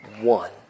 one